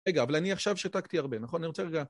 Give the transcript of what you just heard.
רגע, אבל אני עכשיו שתקתי הרבה, נכון? נרצה רגע...